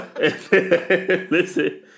Listen